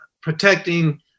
protecting